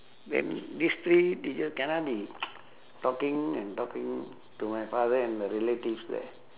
then this three teachers cannot be talking and talking to my father and the relatives there